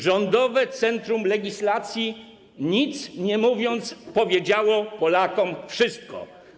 Rządowe Centrum Legislacji nic nie mówiąc, powiedziało Polakom wszystko.